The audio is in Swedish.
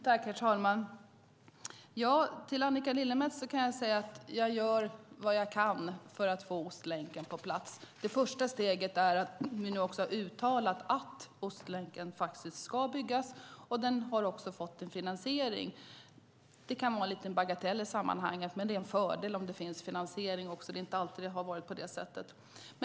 Herr talman! Jag kan till Annika Lillemets säga att jag gör vad jag kan för att få Ostlänken på plats. Det första steget är att vi nu har uttalat att Ostlänken ska byggas. Den har också fått en finansiering. Det kan vara en liten bagatell i sammanhanget, men det är en fördel om det finns finansiering. Det är inte alltid det har varit på det sättet.